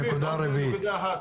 הנקודה הרביעית.